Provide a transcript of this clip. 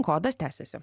kodas tęsiasi